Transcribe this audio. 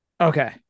Okay